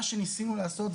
מה שניסינו לעשות,